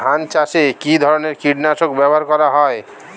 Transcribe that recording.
ধান চাষে কী ধরনের কীট নাশক ব্যাবহার করা হয়?